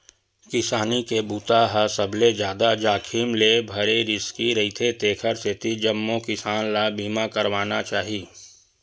किसानी के बूता ह सबले जादा जाखिम ले भरे रिस्की रईथे तेखर सेती जम्मो किसान ल बीमा करवाना चाही